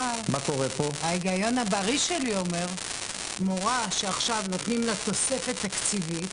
ההגיון הבריא שלי אומר שמורה שעכשיו נותנים לה תוספת תקציבית